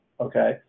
Okay